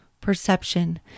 Perception